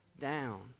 down